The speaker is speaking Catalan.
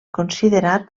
considerat